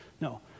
No